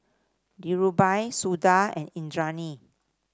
Dhirubhai Suda and Indranee